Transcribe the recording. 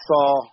saw